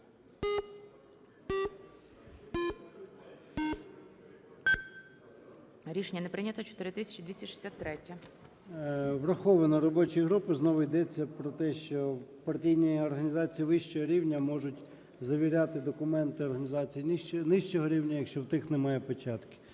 11:40:06 ЧЕРНЕНКО О.М. Врахована робочою групою. Знову йдеться про те, що в партійній організації вищого рівня можуть завіряти документи організації нижчого рівня, якщо в тих немає печатки.